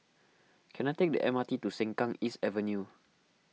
can I take the M R T to Sengkang East Avenue